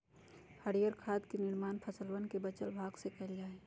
हरीयर खाद के निर्माण फसलवन के बचल भाग से कइल जा हई